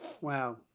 Wow